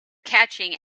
catching